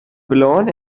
blown